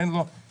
אין לו תקציב,